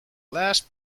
last